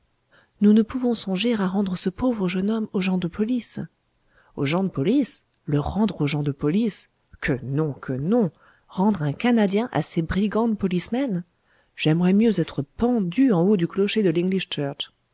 nous ne pouvons songer à rendre ce pauvre jeune homme aux gens de police aux gens de police le rendre aux gens de police que non que non rendre un canadien à ces brigands d'policemen j'aimerais mieux être pendu en haut du clocher de l'english